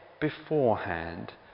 beforehand